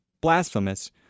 blasphemous